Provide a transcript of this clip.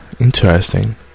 interesting